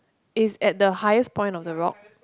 is at the highest point of the rock